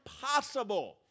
impossible